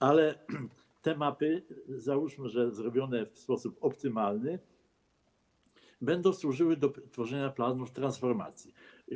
Ale te mapy - załóżmy, że zrobione w sposób optymalny - będą służyły do tworzenia planów transformacji.